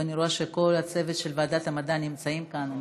אני רואה שכל הצוות של ועדת המדע נמצא כאן: אני